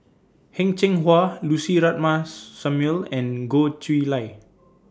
Heng Cheng Hwa Lucy Ratnammah Samuel and Goh Chiew Lye